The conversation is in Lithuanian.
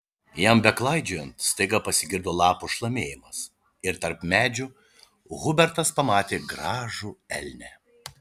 jam beklaidžiojant staiga pasigirdo lapų šlamėjimas ir tarp medžių hubertas pamatė gražų elnią